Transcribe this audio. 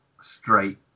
straight